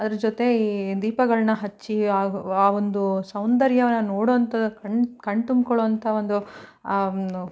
ಅದ್ರ ಜೊತೆ ಈ ದೀಪಗಳನ್ನು ಹಚ್ಚಿ ಆ ಆ ಒಂದು ಸೌಂದರ್ಯವನ್ನು ನೋಡೋವಂಥ ಕಣ್ಣು ಕಣ್ಣು ತುಂಬ್ಕೊಳುವಂಥ ಒಂದು ಆ